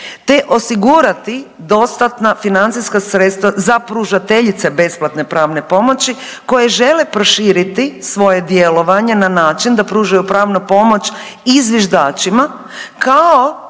te osigurati dostatna financijska sredstva za pružateljice besplatne pravne pomoći koje žele proširiti svoje djelovanje na način da pružaju pravnu pomoć i zviždačima